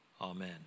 Amen